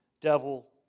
devil